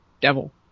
Devil